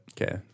Okay